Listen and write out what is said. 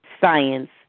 science